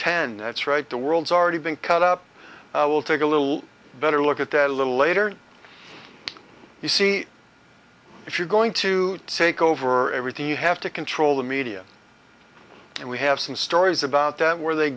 ten that's right the world's already been cut up will take a little better look at that a little later you see if you're going to take over everything you have to control the media and we have some stories about them where they